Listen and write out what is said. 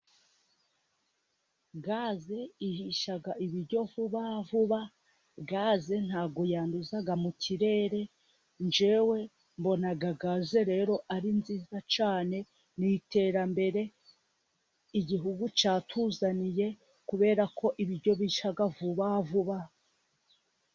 Gaze ihishaga ibiryo vubavuba, gaze ntabwo yanduza mu kirere, njyewe mbona gaze rero ari nziza cyane mu iterambere igihugu cyatuzaniye, kubera ko ibiryo bisha vuba vuba.